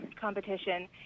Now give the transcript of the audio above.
competition